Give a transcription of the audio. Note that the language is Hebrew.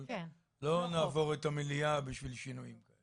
אבל לא נעבור את המליאה בשביל שינויים.